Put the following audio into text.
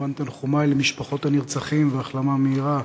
תודה, כמובן, תנחומי למשפחות הנרצחים והחלמה מהירה